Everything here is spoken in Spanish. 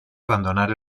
abandonar